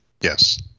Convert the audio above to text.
yes